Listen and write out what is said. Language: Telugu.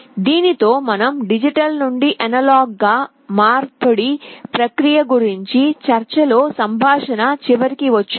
దీనితో మనం డిజిటల్ నుండి అనలాగ్ గా మార్పిడి ప్రక్రియ గురించి చర్చ లో సంభాషణ చివరికి వచ్చాము